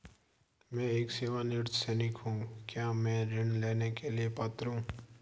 मैं एक सेवानिवृत्त सैनिक हूँ क्या मैं ऋण लेने के लिए पात्र हूँ?